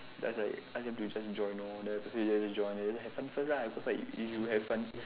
just like ask him to just join lor then just join then just have fun first lah because like if you have fun